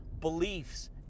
beliefs